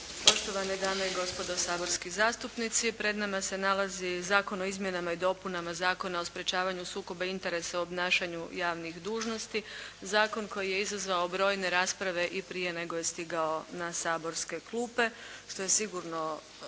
Poštovane dame i gospodo saborski zastupnici. Pred nama se nalazi Zakon o izmjenama i dopunama Zakona o sprječavanju sukoba interesa u obnašanju javnih dužnosti, zakon koji je izazvao brojne rasprave i prije nego je stigao na saborske klupe što je sigurno